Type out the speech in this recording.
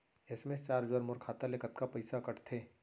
SMS charge बर मोर खाता ले कतका पइसा कटथे?